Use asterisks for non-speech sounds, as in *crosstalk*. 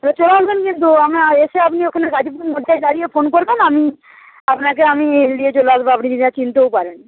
তাহলে চলে আসবেন কিন্তু *unintelligible* এসে আপনি ওখানে গাজিপুর মোড়টায় দাঁড়িয়ে ফোন করবেন আমি আপনাকে আমি নিয়ে চলে আসব আপনি *unintelligible* চিনতেও পারেন